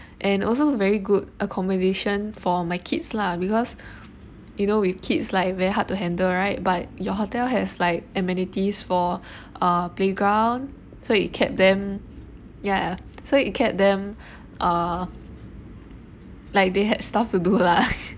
and also very good accommodation for my kids lah because you know with kids like very hard to handle right but your hotel has like amenities for uh playground so it kept them ya so it kept them uh like they had stuff to do lah